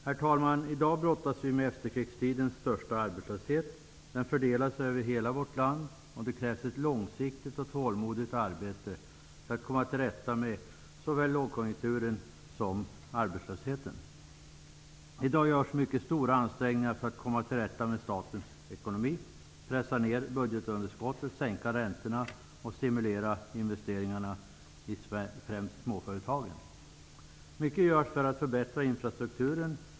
Herr talman! I dag brottas vi med efterkrigstidens största arbetslöshet. Den fördelar sig över hela vårt land, och det krävs ett långsiktigt och tålmodigt arbete för att komma till rätta med såväl lågkonjunkturen som arbetslösheten. I dag görs mycket stora ansträngningar för att komma till rätta med statens ekonomi, pressa ner budgetunderskottet, sänka räntorna och stimulera investeringarna i främst småföretagen. Mycket görs för att förbättra infrastrukturen.